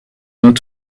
not